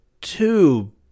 two